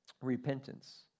repentance